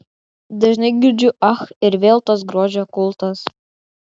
dažnai girdžiu ach ir vėl tas grožio kultas